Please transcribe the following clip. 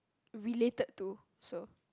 related to so